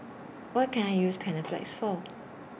What Can I use Panaflex For